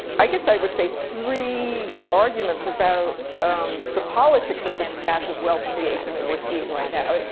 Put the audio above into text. i guess i would say, three arguments about the politics of this massive wealth creation that we're seeing right now.